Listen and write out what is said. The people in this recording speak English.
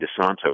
DeSanto